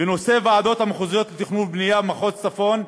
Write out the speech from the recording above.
בנושא הוועדות המחוזיות לתכנון ובנייה, מחוז צפון,